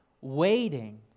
waiting